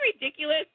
ridiculous